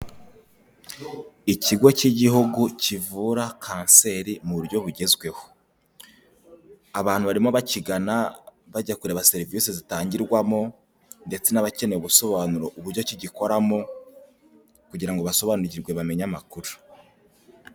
Ikigo cy'igihugu kivura Kanseri mu buryo bugezweho, abantu barimo bakigana bajya kureba serivisi zitangirwamo ndetse n'abakeneye gusobanura uburyo ki gikoramo kugira ngo basobanukirwe bamenye amakuru.